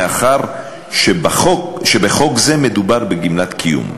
מאחר שבחוק זה מדובר בגמלת קיום.